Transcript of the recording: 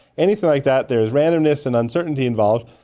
anything like that there's randomness and uncertainty involved,